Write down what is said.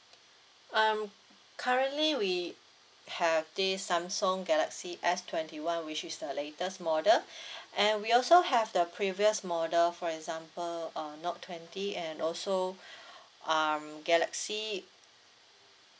um currently we have this samsung galaxy S twenty one which is the latest model and we also have the previous model for example uh note twenty and also um galaxy